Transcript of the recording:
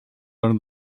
under